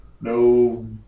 no